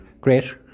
Great